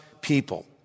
people